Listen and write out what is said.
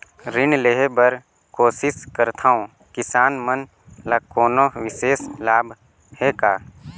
ऋण लेहे बर कोशिश करथवं, किसान मन ल कोनो विशेष लाभ हे का?